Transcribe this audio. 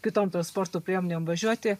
kitom transporto priemonėm važiuoti